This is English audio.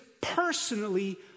personally